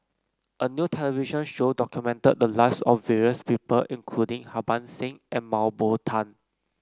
a new television show documented the lives of various people including Harbans Singh and Mah Bow Tan